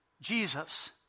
Jesus